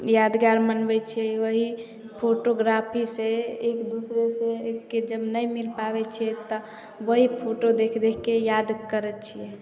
यादगार मनबै छियै वही फोटोग्राफी से एक दूसरे के जब नै मिल पाबय छिअय तऽ वही फोटो देख देख के याद करय छिअय